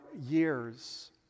years